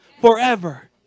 forever